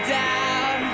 down